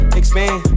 expand